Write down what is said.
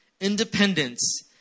independence